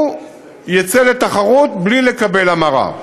הוא יצא לתחרות בלי לקבל המרה.